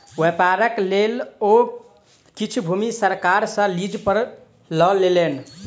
व्यापारक लेल ओ किछ भूमि सरकार सॅ लीज पर लय लेलैन